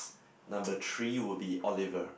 number three will be Oliver